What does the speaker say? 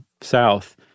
South